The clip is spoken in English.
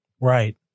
Right